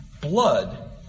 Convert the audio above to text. blood